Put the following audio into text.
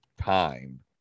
time